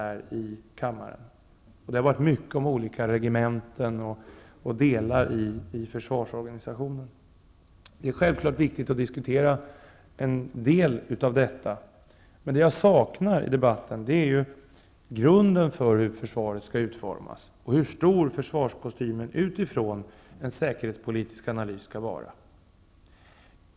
Det har varit mycket om olika regementen och delar i försvarsorganisationen. Det är självklart viktigt att diskutera en del av detta, men det jag saknar i debatten är ju grunden för hur försvaret skall utformas och hur stor försvarskostymen skall vara utifrån en säkerhetspolitisk analys.